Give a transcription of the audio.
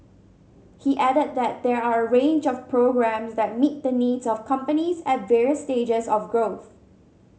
he added that there are a range of programmes that meet the needs of companies at various stages of growth